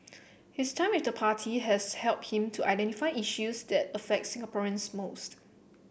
his time with the party has helped him to identify issues that affect Singaporeans most